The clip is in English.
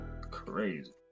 crazy